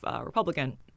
Republican